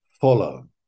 follow